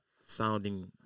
sounding